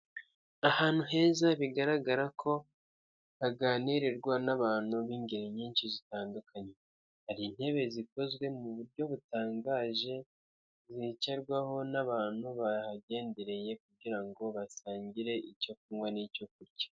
Ahantu heza bigaragara ko haganirirwa n'abantu b'ingeri nyinshi zitandukanye, hari intebe zikozwe mu buryo butangaje, zicarwaho n'abantu bahagendereye kugira ngo basangire icyo kunywa n'icyo kurya.